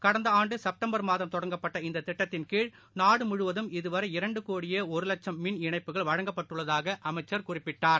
கடந்தஆண்டுசெப்டம்பர் மாதம் தொடங்கப்பட்ட இந்தத் திட்டத்தின்கீழ் நாடுமுழுவதும் இதுவரை இரண்டுகோடியேஒருவட்சும் மின் இணைப்புகள் வழங்கப்பட்டுள்ளதாகஅமைச்சா் குறிப்பிட்டார்